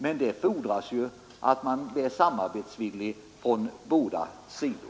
Men det fordrar samarbetsvilja från båda sidor.